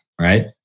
right